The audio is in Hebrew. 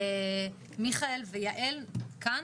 מיכאל ויעל כאן?